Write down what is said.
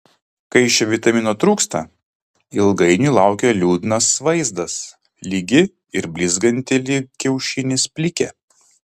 kai šio vitamino trūksta ilgainiui laukia liūdnas vaizdas lygi ir blizganti lyg kiaušinis plikė